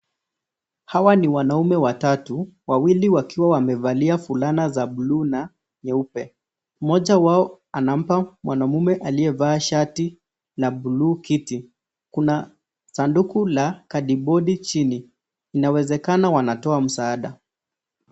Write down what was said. Hawa ni wanaume watatu, wawili wakiwa wamevalia fulana za bluu na nyeupe. Mmoja wao anampa mwanaume aliyevaa shati la bluu kiti. Kuna sanduku la kadibodi chini. Inawezekana wanatoa msaada.